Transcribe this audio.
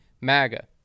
MAGA